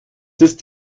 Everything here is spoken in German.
ist